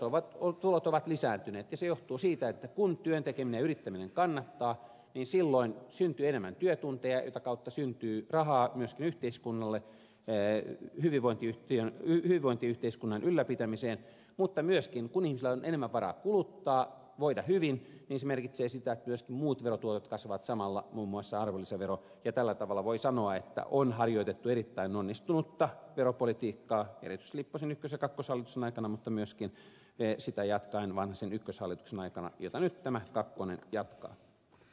eli verotulot ovat lisääntyneet ja se johtuu siitä että kun työn tekeminen ja yrittäminen kannattaa niin silloin syntyy enemmän työtunteja ja tätä kautta syntyy rahaa myöskin yhteiskunnalle hyvinvointiyhteiskunnan ylläpitämiseen mutta myöskin kun ihmisillä on enemmän varaa kuluttaa voida hyvin niin se merkitsee sitä että myöskin muut verotulot kasvavat samalla muun muassa arvonlisäverotulot ja tällä tavalla voi sanoa että on harjoitettu erittäin onnistunutta veropolitiikkaa erityisesti lipposen ykkös ja kakkoshallituksen aikana mutta myöskin sitä jatkaen vanhasen ykköshallituksen aikana jota nyt tämä kakkonen jatkaa